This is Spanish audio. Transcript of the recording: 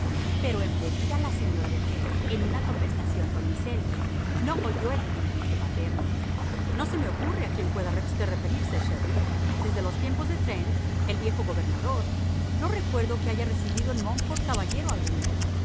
pero embebida la señora de clay en una conversación con miss elliot no oyó el requerimiento paterno no se me ocurre a quién pueda usted referirse shepherd desde los tiempos de trent el viejo gobernador no recuerdo que haya residido en monkford caballero alguno